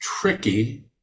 tricky